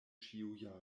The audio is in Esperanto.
ĉiujare